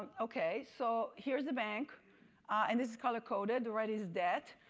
okay, so here's the bank and this is color-coded. the red is debt.